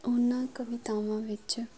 ਉਹਨਾਂ ਕਵਿਤਾਵਾਂ ਵਿੱਚ